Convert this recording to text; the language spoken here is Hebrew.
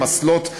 אסלות,